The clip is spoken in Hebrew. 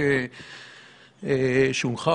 אני מתכבד לפתוח את הדיון בהצעת חוק שהונחה,